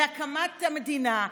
להקמת המדינה,